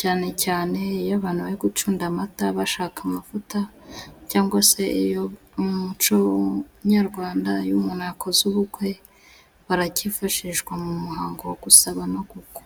cyane cyane iyo abantu bari gucunda amata bashaka amavuta，cyangwa se mu muco nyarwanda iyo umuntu yakoze ubukwe， Baracifashishwa mu muhango wo gusaba no gukwa.